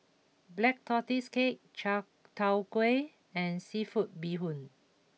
Black Tortoise Cake Chai Tow Kuay and Seafood Bee Hoon